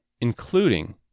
including